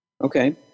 Okay